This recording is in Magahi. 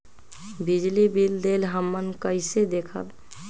बिजली बिल देल हमन कईसे देखब?